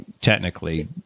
technically